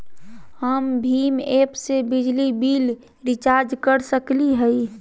हम भीम ऐप से बिजली बिल रिचार्ज कर सकली हई?